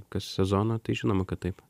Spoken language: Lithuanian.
kas sezoną tai žinoma kad taip